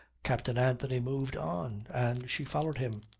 captain anthony moved on, and she followed him.